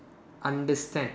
understand